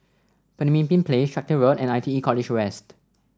Pemimpin Place Tractor Road and I T E College West